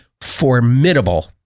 formidable